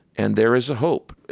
and there is a hope.